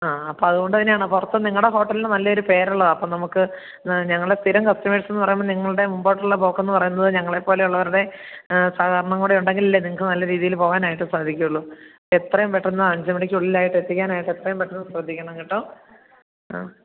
ആ അപ്പം അതുകൊണ്ട് തന്നെയാണ് പുറത്ത് നിങ്ങളുടെ ഹോട്ടലിന് നല്ല ഒരു പേര് ഉളളതാണ് അപ്പം നമ്മൾക്ക് ഞങ്ങൾ സ്ഥിരം കസ്റ്റമേഴ്സ് എന്നു പറയുമ്പോൾ നിങ്ങളുടെ മുമ്പോട്ടുള്ള പോക്കെന്ന് പറയുമ്പോൾ ഞങ്ങളെപ്പോലെ ഉള്ളവരുടെ സഹകരണം കൂടെയുണ്ടെങ്കിൽ അല്ലേ നിങ്ങൾക്ക് നല്ല രീതിയിൽ പോവാനായിട്ട് സാധിക്കുകയുള്ളു എത്രയും പെട്ടെന്ന് അഞ്ച് മണിക്ക് ഉള്ളിലായിട്ട് എത്തിക്കാനായിട്ട് എത്രയും പെട്ടെന്ന് ശ്രദ്ധിക്കണം കേട്ടോ